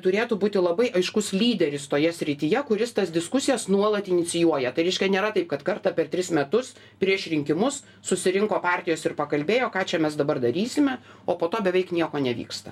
turėtų būti labai aiškus lyderis toje srityje kuris tas diskusijas nuolat inicijuoja tai reiškia nėra taip kad kartą per tris metus prieš rinkimus susirinko partijos ir pakalbėjo ką čia mes dabar darysime o po to beveik nieko nevyksta